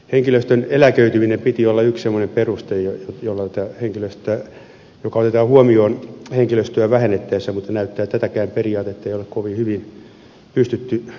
henkilöstön eläköitymisen piti olla yksi semmoinen peruste joka otetaan huomioon henkilöstöä vähennettäessä mutta näyttää että tätäkään periaatetta ei ole kovin hyvin pystytty noudattamaan